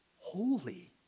holy